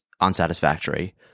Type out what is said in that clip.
unsatisfactory